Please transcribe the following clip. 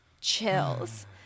chills